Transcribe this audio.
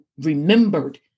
remembered